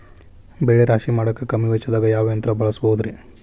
ಬೆಳೆ ರಾಶಿ ಮಾಡಾಕ ಕಮ್ಮಿ ವೆಚ್ಚದಾಗ ಯಾವ ಯಂತ್ರ ಬಳಸಬಹುದುರೇ?